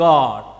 God